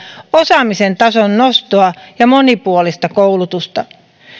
osaamisen tason nostoa ja monipuolista koulutusta